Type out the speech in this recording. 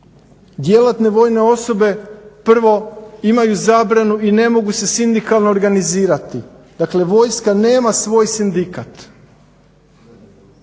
djelatne vojne osobe prvo imaju zabranu i ne mogu se sindikalno organizirati. Dakle, vojska nema svoj sindikat,